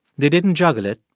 they didn't juggle it.